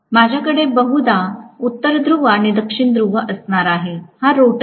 माझ्याकडे बहुधा उत्तर ध्रुव आणि दक्षिण ध्रुव असणार आहे हा रोटर आहे